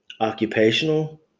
occupational